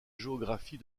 géographie